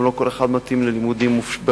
גם לא כל אחד מתאים ללימודים ברמת